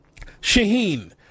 Shaheen